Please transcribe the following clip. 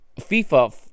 FIFA